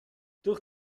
durch